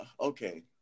okay